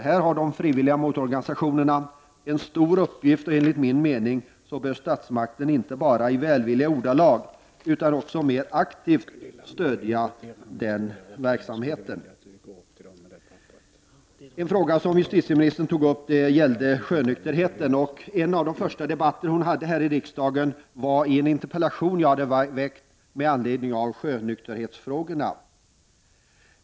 Här har de frivilliga motororganisationerna en stor uppgift, och enligt min mening bör statsmakten inte bara i välvilliga ordalag utan också mer aktivt stödja den verksamheten. Justitieministern tog upp frågan om sjönykterheten, och en av de första debatter som hon deltog i här i riksdagen fördes med anledning av en interpellation som jag hade väckt om sjönykterhetsfrågorna.